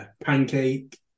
Pancake